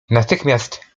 natychmiast